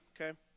okay